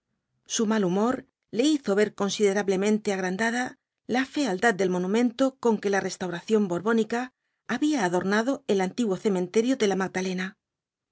su mal humor le hizo ver considerablemente agrandada la fealdad del monumento con que la restauración borbónica había adornado el antiguo cementerio de la magdalena